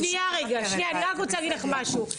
שנייה, אני רק רוצה להגיד לך משהו.